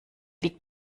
liegt